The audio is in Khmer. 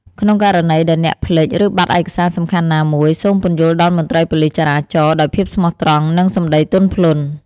ក្នុងករណីដែលអ្នកភ្លេច ឬបាត់ឯកសារសំខាន់ណាមួយ សូម ពន្យល់ដល់មន្ត្រីប៉ូលិសចរាចរណ៍ដោយភាពស្មោះត្រង់ និងសំដីទន់ភ្លន់។